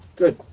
good.